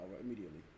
immediately